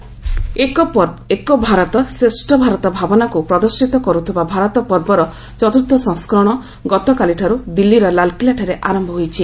ଭାରତପର୍ବ ଏକ ଭାରତ ଶ୍ରେଷ୍ଠ ଭାରତ ଭାବନାକୁ ପ୍ରଦର୍ଶିତ କରୁଥିବା ଭାରତପର୍ବର ଚତୁର୍ଥ ସଂସ୍କରଣ ଗତକାଲିଠାରୁ ଦିଲ୍ଲୀର ଲାଲକିଲ୍ଲାଠାରେ ଆରମ୍ଭ ହୋଇଛି